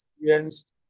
experienced